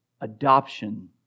adoption